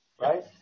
Right